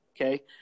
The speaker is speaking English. Okay